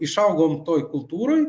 išaugom toj kultūroj